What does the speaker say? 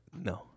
no